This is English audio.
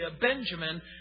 Benjamin